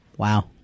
Wow